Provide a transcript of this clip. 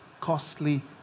costly